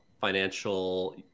financial